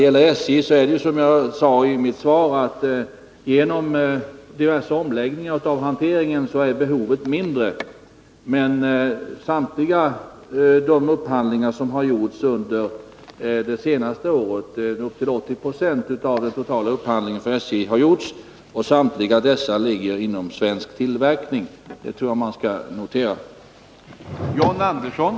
hanteringen f. n. mindre behov av pallar, men samtliga de upphandlingar som har gjorts under det senaste året och som avser upp till 80 96 av SJ:s totala upphandling ligger inom svensk tillverkning — vilket jag anser att man bör notera.